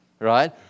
right